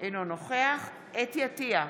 אינו נוכח חוה אתי עטייה,